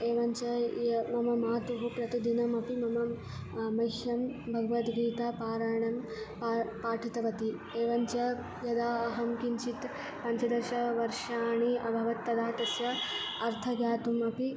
एवञ्च य मम मातुः प्रतिदिनमपि मम मह्यं भगवद्गीतापारायणं पा पाठितवती एवञ्च यदा अहं किञ्चित् पञ्चदशवर्षाणि अभवम् तदा तस्य अर्थं ज्ञातुम् अपि